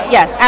Yes